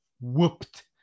whooped